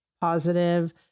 positive